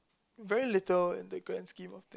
very little in the grand scheme of things